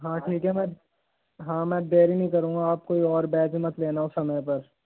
हाँ ठीक है मैं हाँ मैं देरी नहीं करूँगा आप कोई और बैच मत लेना उस समय पर